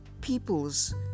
peoples